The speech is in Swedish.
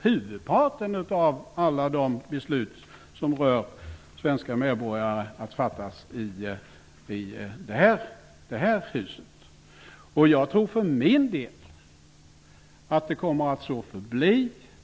Huvudparten av alla de beslut som rör svenska medborgare kommer dock fortfarande att fattas i detta hus. För min del tror jag att det kommer att så förbli.